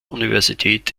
universität